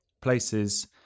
places